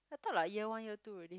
I thought like year one year two already